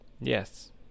Yes